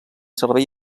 servei